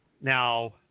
Now